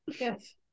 yes